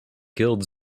guild